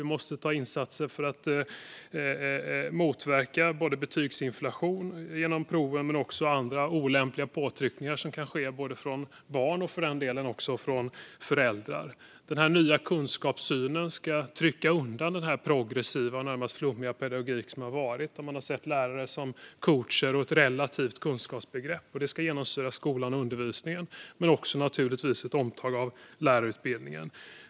Vi måste göra insatser för att motverka såväl betygsinflation genom proven som andra olämpliga påtryckningar som kan ske både från barn och, för den delen, också från föräldrar. Denna nya kunskapssyn ska trycka undan den progressiva, närmast flummiga pedagogik som har varit, där man har sett lärare som coacher och haft ett relativt kunskapsbegrepp. Den ska genomsyra skolan och undervisningen och naturligtvis också ett omtag i lärarutbildningen.